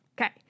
Okay